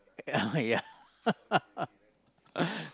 uh yeah